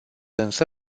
însă